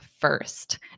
first